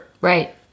Right